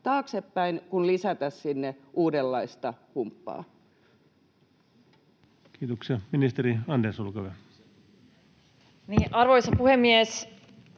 taaksepäin kuin lisätä sinne uudenlaista humppaa? Kiitoksia. — Ministeri Andersson, olkaa hyvä. Arvoisa puhemies!